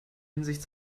hinsicht